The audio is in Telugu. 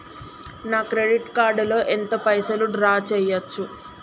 నా క్రెడిట్ కార్డ్ లో ఎంత పైసల్ డ్రా చేయచ్చు?